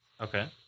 Okay